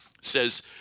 says